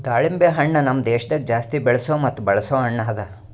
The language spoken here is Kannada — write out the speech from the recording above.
ದಾಳಿಂಬೆ ಹಣ್ಣ ನಮ್ ದೇಶದಾಗ್ ಜಾಸ್ತಿ ಬೆಳೆಸೋ ಮತ್ತ ಬಳಸೋ ಹಣ್ಣ ಅದಾ